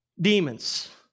demons